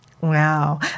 Wow